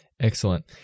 Excellent